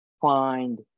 find